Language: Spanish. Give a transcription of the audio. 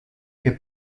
que